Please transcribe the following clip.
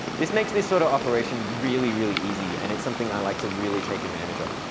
this makes this sort of operation really, really easy. and it's something i like to really take advantage of.